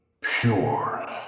pure